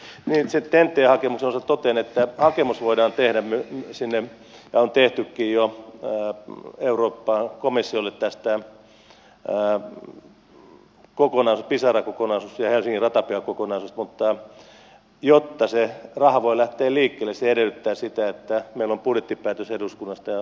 sen ten t hakemuksen osalta totean että hakemus voidaan tehdä ja on tehtykin jo euroopan komissiolle tästä pisara kokonaisuudesta ja helsingin ratapihakokonaisuudesta mutta jotta se raha voi lähteä liikkeelle se edellyttää sitä että meillä on budjettipäätös eduskunnasta ja se rahoitus varmistettu